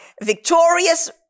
victorious